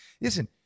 Listen